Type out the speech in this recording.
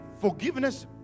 forgiveness